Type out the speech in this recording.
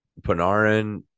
panarin